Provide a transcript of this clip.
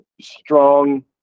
strong